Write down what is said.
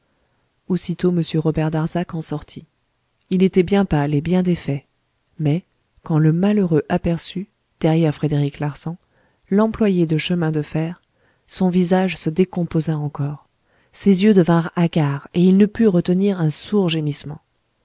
m robert darzac en sortit il était bien pâle et bien défait mais quand le malheureux aperçut derrière frédéric larsan l'employé de chemin de fer son visage se décomposa encore ses yeux devinrent hagards et il ne put malgré son sang-froid retenir un sourd gémissement